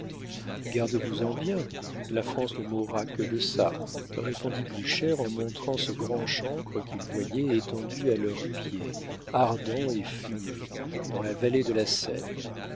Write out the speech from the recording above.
en bien la france ne mourra que de ça répondit blucher en montrant ce grand chancre qu'ils voyaient étendu à leurs pieds ardent et fumeux dans la vallée de la seine